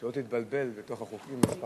שלא תתבלבל בתוך החוקים.